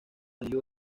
alivio